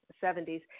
seventies